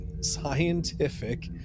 scientific